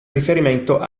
riferimento